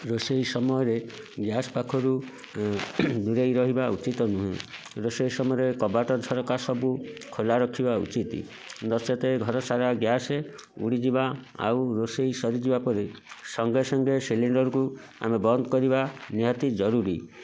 ରୋଷେଇ ସମୟରେ ଗ୍ୟାସ ପାଖରୁ ଦୂରେଇ ରହିବା ଉଚିତ ନୁହେଁ ରୋଷେଇ ସମୟରେ କବାଟ ଝରକା ସବୁ ଖୋଲା ରଖିବା ଉଚିତ ନଚେତ୍ ଘର ସାରା ଗ୍ୟାସ ଉଡ଼ିଯିବା ଆଉ ରୋଷେଇ ସରିଯିବା ପରେ ସଙ୍ଗେ ସଙ୍ଗେ ସିଲିଣ୍ଡରକୁ ଆମେ ବନ୍ଦ କରିବା ନିହାତି ଜରୁରୀ